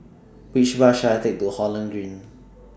Which Bus should I Take to Holland Green